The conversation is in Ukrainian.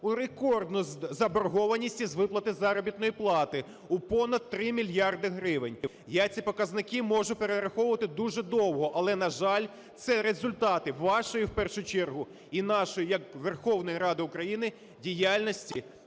у рекордну заборгованість із виплати заробітної плати у понад 3 мільярди гривень. Я ці показники можу перераховувати дуже довго. Але, на жаль, це результати вашої, в першу чергу, і нашої як Верховної Ради України діяльності,